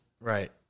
Right